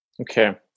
okay